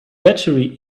battery